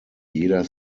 jeder